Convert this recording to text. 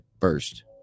first